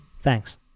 Thanks